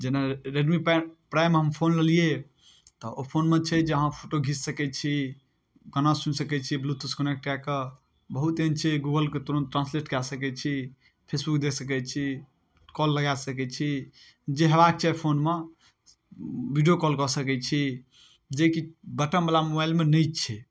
जेना Redmi प्रा prime हम फोन लेलिए अइ तऽ ओहि फोनमे छै जे अहाँ फोटो घीचि सकै छी गाना सुनि सकै छी ब्लूटूथसँ कनेक्ट कऽ कऽ बहुत एहन छै गूगलके तुरन्त ट्रान्सलेट कऽ सकै छी फेसबुक देखि सकै छी कॉल लगा सकै छी जे हेबाके चाही फोनमे वीडिओ कॉल कऽ सकै छी जेकि बटमवला मोबाइलमे नहि छै